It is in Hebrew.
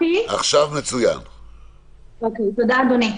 תודה, אדוני.